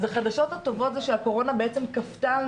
אז החדשות הטובות זה שהקורונה בעצם כפתה על